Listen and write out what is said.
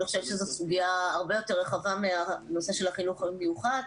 אני חושבת שזאת סוגיה הרבה יותר רחבה מהנושא של החינוך המיוחד,